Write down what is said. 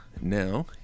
now